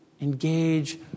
engage